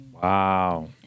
Wow